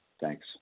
Thanks